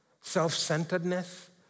Self-centeredness